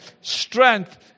strength